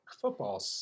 football